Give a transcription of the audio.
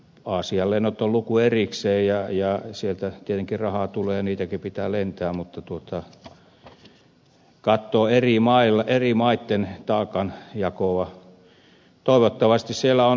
aasian lennot ovat luku erikseen ja sieltä tietenkin rahaa tulee ja niitäkin pitää lentää mutta kun katsoo eri maiden taakanjakoa toivottavasti siellä on